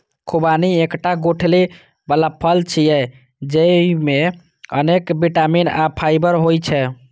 खुबानी एकटा गुठली बला फल छियै, जेइमे अनेक बिटामिन आ फाइबर होइ छै